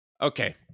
okay